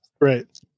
Right